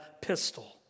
pistol